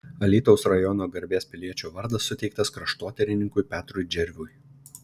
alytaus rajono garbės piliečio vardas suteiktas kraštotyrininkui petrui džervui